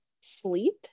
sleep